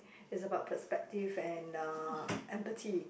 it's about perspective and uh empathy